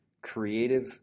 creative